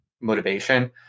motivation